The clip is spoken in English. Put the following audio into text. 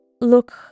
look